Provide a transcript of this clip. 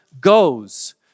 goes